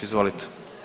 Izvolite.